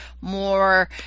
more